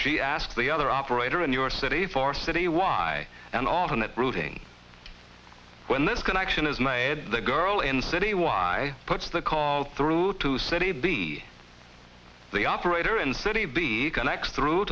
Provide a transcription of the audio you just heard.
she asks the other operator in your city for city why an alternate routing when this connection is not the girl in the city why puts the call through to city b the operator in city b connect through